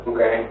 Okay